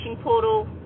portal